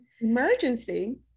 Emergency